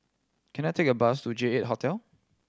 can I take a bus to J Eight Hotel